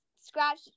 Scratch